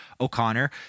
O'Connor